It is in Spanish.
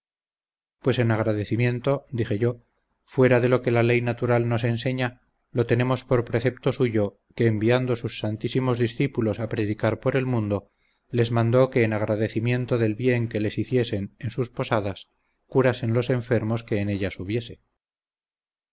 pues en agradecimiento dije yo fuera de lo que la ley natural nos enseña lo tenemos por precepto suyo que enviando sus santísimos discípulos a predicar por el mundo les mandó que en agradecimiento del bien que les hiciesen en sus posadas curasen los enfermos que en ellas hubiese